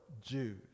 Jews